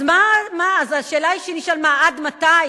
אז השאלה שנשאל: מה, עד מתי?